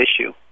issue